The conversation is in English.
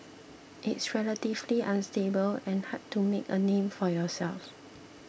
it's relatively unstable and hard to make a name for yourself